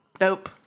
nope